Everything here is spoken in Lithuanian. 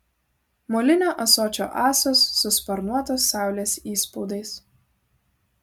molinio ąsočio ąsos su sparnuotos saulės įspaudais